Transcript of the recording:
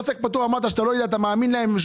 עוסק פטור אמרת שאתה לא יודע ואתה מאמין להם,